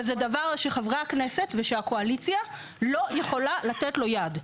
וזה דבר שחברי הכנסת והקואליציה לא יכולים לתת לו יד.